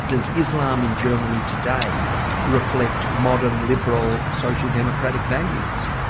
does islam in germany today reflect modern liberal social democratic values?